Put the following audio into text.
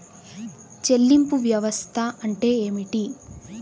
చెల్లింపు వ్యవస్థ అంటే ఏమిటి?